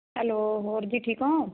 hello ਹੋਰ ਜੀ ਠੀਕ ਹੋ